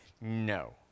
No